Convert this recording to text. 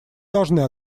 должны